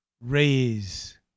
raise